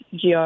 GR